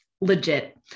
legit